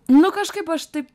nu kažkaip aš taip